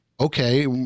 okay